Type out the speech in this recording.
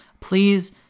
please